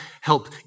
help